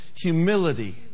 humility